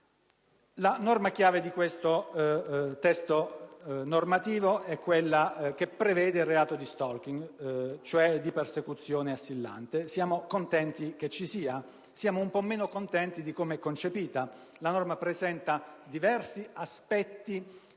La norma chiave di questo testo normativo è quella che prevede il reato di *stalking*, cioè di persecuzione assillante. Siamo contenti che ci sia, un po' meno di com'è concepita: essa presenta diversi aspetti